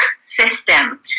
system